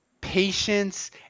patience